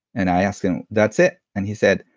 and i asked him, that's it? and he said,